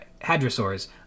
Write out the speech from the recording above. Hadrosaurs